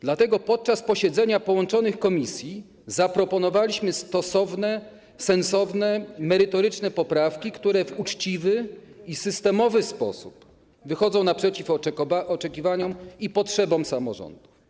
Dlatego podczas posiedzenia połączonych komisji zaproponowaliśmy stosowne, sensowne, merytoryczne poprawki, które w uczciwy i systemowy sposób wychodzą naprzeciw oczekiwaniom i potrzebom samorządów.